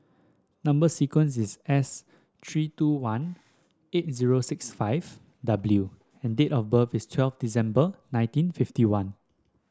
number sequence is S three two one eight zero six five W and date of birth is twelve December nineteen fifty one